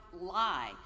lie